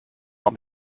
want